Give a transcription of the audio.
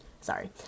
Sorry